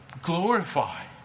Glorify